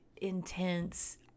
intense